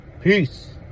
Peace